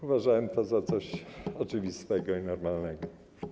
Uważałem to za coś oczywistego i normalnego.